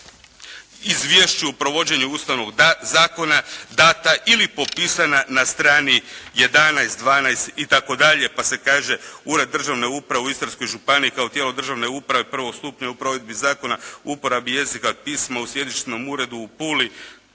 izvješću u provođenju ustavnog zakona dana ili popisana na strani 11, 12 itd. pa se kaže Ured državne uprave u Istarskoj županiji kao tijelo državne uprave prvog stupnja u provedbi zakona u uporabi jezika, pisma u sjedišnom uredu u Puli